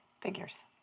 figures